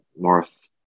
Morris